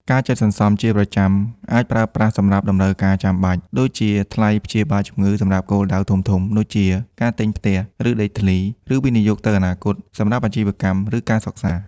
ការចេះសន្សំជាប្រចាំ អាចប្រើប្រាស់សម្រាប់តម្រូវការចាំបាច់ ដូចជាថ្លៃព្យាបាលជំងឺសម្រាប់គោលដៅធំៗដូចជាការទិញផ្ទះ ឬដីធ្លី ឬវិនិយោគទៅអនាគត សម្រាប់អាជីវកម្ម ឬការសិក្សា។